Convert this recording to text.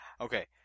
Okay